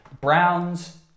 Browns